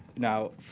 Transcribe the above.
now,